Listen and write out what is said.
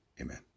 Amen